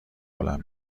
بلند